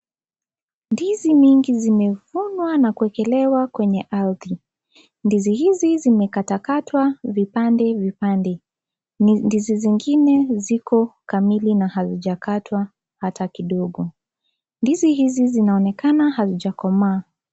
Ndizi mingi zimevunwa na kuwekelewa kwenye ardhi. Ndizi hizi zimekatwakatwa vipande vipande. Ni ndizi zingine ziko kamili na hazijakatwa hata kidogo. Ndizi hizi zinaonekana hazijakomaa.